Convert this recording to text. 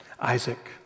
Isaac